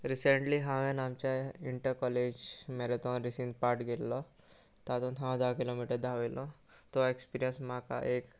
recently हांवें आमचे inter college marathon रेसीन पार्ट घेतिल्लो तातूंत हांव धा किलोमिटर धाविल्लों तो एक्सपिरियन्स म्हाका एक